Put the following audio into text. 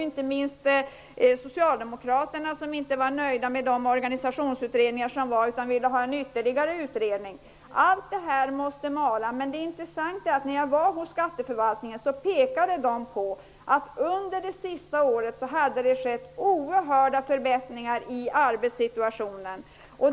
Inte minst socialdemokraterna var missnöjda med de organisationsutredningar som gjordes utan ville ha ytterligare en utredning. När jag besökte skatteförvaltningen, framhöll man där att det under det senaste året hade skett oerhörda förbättringar i arbetssituationen.